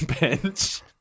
bench